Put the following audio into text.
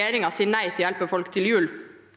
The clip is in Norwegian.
regjeringen sier nei til å hjelpe folk til jul